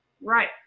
Right